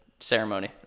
Ceremony